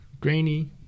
Grainy